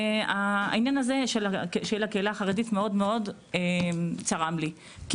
העניין הזה של הקהילה החרדית מאוד מאוד צרם לי כי